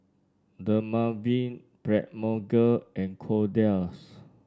Dermaveen Blephagel and Kordel's